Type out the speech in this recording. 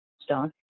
stone